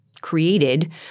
created –